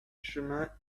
chemin